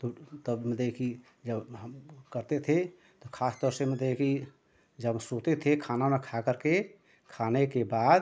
तो तब मतलब कि जब हम करते थे तो खास तौर से मतलब कि जब सोते थे खाना वाना खा करके खाने के बाद